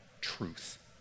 truth